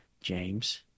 James